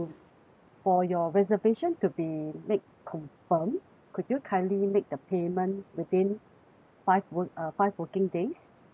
for your reservation to be made confirmed could you kindly make the payment within five work~ uh five working days